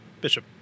Bishop